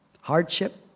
hardship